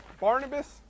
Barnabas